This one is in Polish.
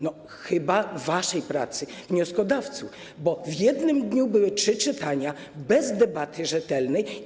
No, chyba waszej pracy, wnioskodawców, bo w jednym dniu były trzy czytania, bez debaty rzetelnej.